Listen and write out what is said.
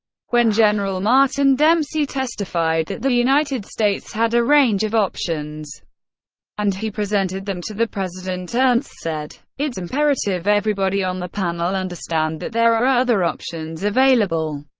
when general martin dempsey testified that the united states had a range of options and he presented them to the president, ernst said it's imperative everybody on the panel understand that there are other options available.